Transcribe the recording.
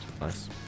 nice